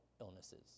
illnesses